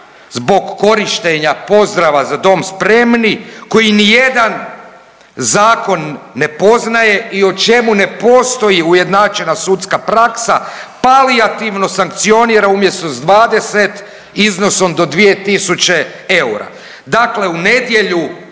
zbog korištenja pozdrava „Za dom spremni“ koji ni jedan zakon ne poznaje i o čemu ne postoji ujednačena sudska praksa palijativno sankcionira umjesto sa 20 iznosom do 2000 eura. Dakle, u nedjelju